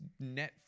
Netflix